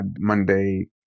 Monday